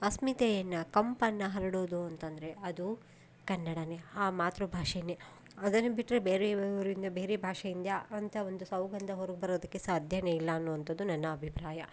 ಅಸ್ಮಿತೆಯನ್ನು ಕಂಪನ್ನು ಹರಡುವುದು ಅಂತಂದರೆ ಅದು ಕನ್ನಡವೇ ಆ ಮಾತೃಭಾಷೆನೇ ಅದನ್ನು ಬಿಟ್ಟರೆ ಬೇರೆಯವರಿಂದ ಬೇರೆ ಭಾಷೆಯಿಂದ ಅಂತ ಒಂದು ಸುಗಂಧ ಹೊರ್ಗೆ ಬರೋದಕ್ಕೆ ಸಾಧ್ಯವೇ ಇಲ್ಲ ಅನ್ನುವಂಥದ್ದು ನನ್ನ ಅಭಿಪ್ರಾಯ